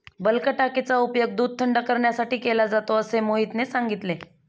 bulk टाकीचा उपयोग दूध थंड करण्यासाठी केला जातो असे मोहितने सांगितले